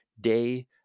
day